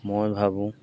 মই ভাবোঁ